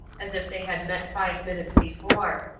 as if they had met five minutes before.